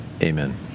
amen